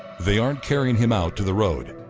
they aren't carrying him out to the road.